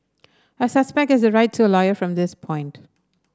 a suspect has the right to a lawyer from this point